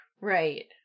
Right